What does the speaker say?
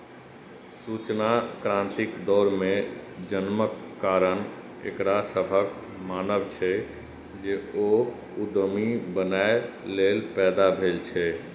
सूचना क्रांतिक दौर मे जन्मक कारण एकरा सभक मानब छै, जे ओ उद्यमी बनैए लेल पैदा भेल छै